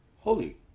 holy